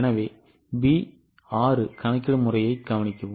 எனவே B 6 கணக்கிடும் முறையை கவனிக்கவும்